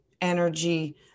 energy